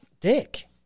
dick